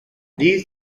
these